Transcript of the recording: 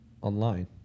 online